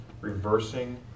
reversing